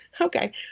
Okay